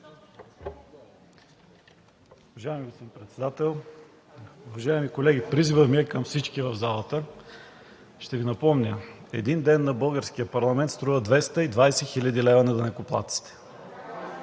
Уважаеми господин Председател, уважаеми колеги! Призивът ми е към всички в залата – ще Ви напомня – един ден на българския парламент струва 220 хил. лв. на данъкоплатците.